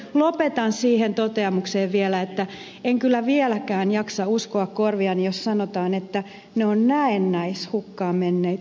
lopetan siihen toteamukseen että en kyllä vieläkään jaksa uskoa korviani jos sanotaan että ne ovat näennäisesti hukkaan menneitä ääniä